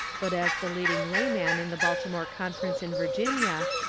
but as the leading layman in the baltimore conference in virginia,